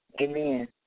Amen